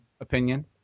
opinion